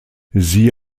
siehe